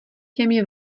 těmi